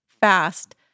fast